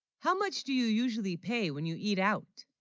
how much do you usually pay when you eat out?